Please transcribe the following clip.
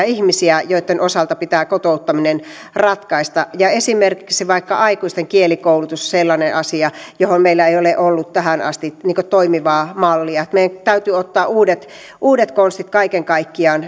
ihmisiä joitten osalta pitää kotouttaminen ratkaista esimerkiksi vaikka aikuisten kielikoulutus on sellainen asia johon meillä ei ole ollut tähän asti toimivaa mallia meidän täytyy ottaa sitten uudet konstit kaiken kaikkiaan